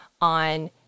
on